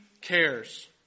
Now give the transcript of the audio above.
cares